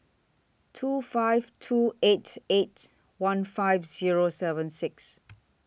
two five two eight eight one five Zero seven six